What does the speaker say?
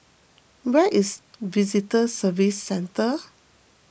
where is Visitor Services Centre